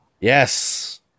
Yes